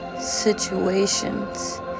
situations